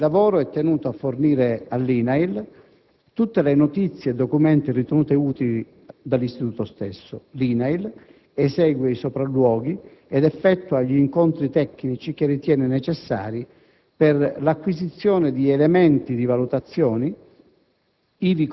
il datore di lavoro è tenuto a fornire all'INAIL tutte le notizie e documenti ritenuti utili dall'Istituto stesso. L'INAIL esegue i sopralluoghi ed effettua gli incontri tecnici che ritiene necessari per l'acquisizione di elementi di valutazione,